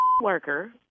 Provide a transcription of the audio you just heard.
worker